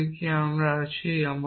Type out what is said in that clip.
তাহলে কি আমরা আছি